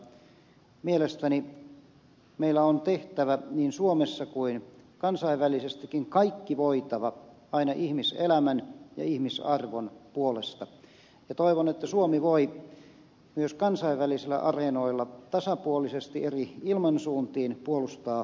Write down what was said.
mielestäni meillä on tehtävä niin suomessa kuin kansainvälisestikin kaikki voitava aina ihmiselämän ja ihmisarvon puolesta ja toivon että suomi voi myös kansainvälisillä areenoilla tasapuolisesti eri ilmansuuntiin puolustaa ihmisarvoa